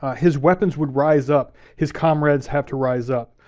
ah his weapons would rise up, his comrades have to rise up.